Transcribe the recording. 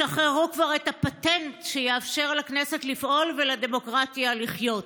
שחררו כבר את הפטנט שיאפשר לכנסת לפעול ולדמוקרטיה לחיות.